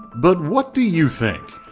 but what do you think?